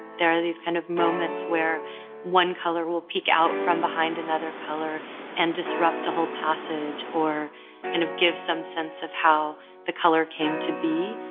there are these kind of moments where one color will peek out from behind another color and disrupt a whole passage or kind and of give some sense of how the color came to be.